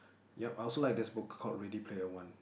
yup I also like this book called Ready Player One